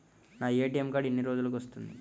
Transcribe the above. నా ATM card ఎన్ని రోజులకు వస్తుంది?